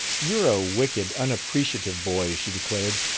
you're a wicked, unappreciative boy, she declared.